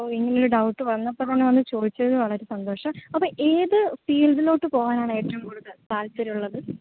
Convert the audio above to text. ഓ ഇങ്ങനൊരു ഡൗട്ട് വന്നപ്പോൾ തന്നെ വന്ന് ചോദിച്ചതിൽ വളരെ സന്തോഷം അപ്പൊൾ ഏത് ഫീൾഡിലോട്ട് പോകാനാണ് ഏറ്റവും കൂടുതല് താത്പര്യം ഉള്ളത്